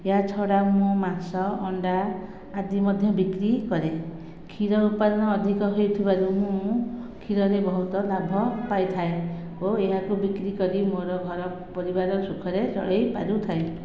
ଏହାଛଡା ମୁଁ ମାଂସ ଅଣ୍ଡା ଆଦି ମଧ୍ୟ ବିକ୍ରି କରେ କ୍ଷୀର ଉତ୍ପାଦନ ଅଧିକ ହେଉଥିବାରୁ ମୁଁ ଖିରରେ ବହୁତ ଲାଭ ପାଇଥାଏ ଓ ଏହାକୁ ବିକ୍ରି କରି ମୋର ଘର ପରିବାର ସୁଖରେ ଚଳେଇପାରିଥାଏ